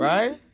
Right